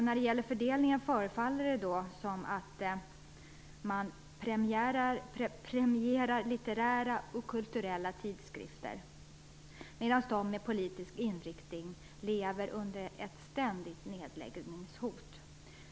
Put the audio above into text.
När det gäller fördelningen förefaller det som om man premierar litterära och kulturella tidsskrifter, medan de med politisk inriktning lever under ett ständigt nedläggningshot.